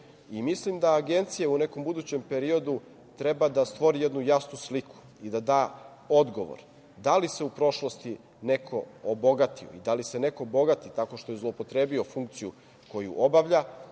da Agencija u nekom budućem periodu treba da stvori jednu jasnu sliku i da da odgovor da li se u prošlosti neko obogatio i da li se neko bogati tako što je zloupotrebio funkciju koju obavlja. Na